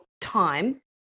time